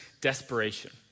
desperation